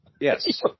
Yes